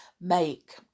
make